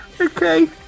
okay